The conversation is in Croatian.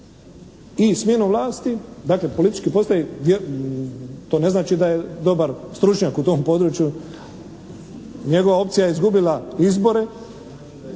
i smjenu vlasti. Dakle, politički postavi, to ne znači da je dobar stručnjak u tom području. Njegova opcija je izgubila izbore